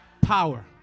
power